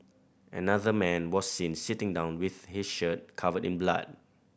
another man was seen sitting down with his shirt covered in blood